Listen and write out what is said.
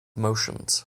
motions